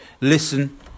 listen